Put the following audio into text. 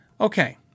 Okay